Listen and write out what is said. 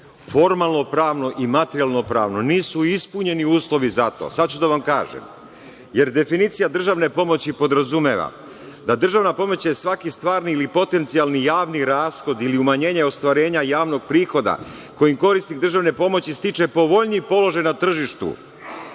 formalno-pravno i materijalno-pravno nisu ispunjeni uslovi za to. Sada ću vam reći, definicija državne pomoći podrazumeva da državna pomoć je svaki stvari ili potencijalni javni rashod ili umanjenje ostvarenja javnog prihoda kojim korisnik državne pomoći stiče povoljniji položaj na tržištu. Kakav